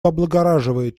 облагораживает